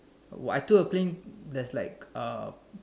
uh I took a claim that's like uh